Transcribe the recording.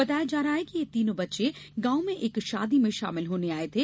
बताया जा रहा है कि ये तीनों बच्चे गांव में एक शादी में शामिल होने आए थे